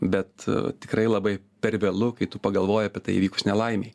bet tikrai labai per vėlu kai tu pagalvoji apie tai įvykus nelaimei